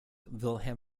wilhelm